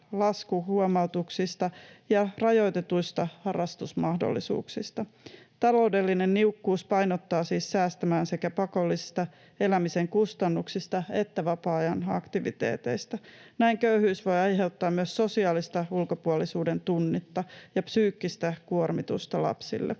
laskuhuomautuksista ja rajoitetuista harrastusmahdollisuuksista. Taloudellinen niukkuus painottaa siis säästämään sekä pakollisista elämisen kustannuksista että vapaa-ajan aktiviteeteista. Näin köyhyys voi aiheuttaa myös sosiaalista ulkopuolisuuden tunnetta ja psyykkistä kuormitusta lapsille.